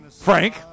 Frank